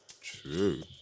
true